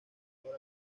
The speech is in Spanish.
menor